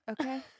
Okay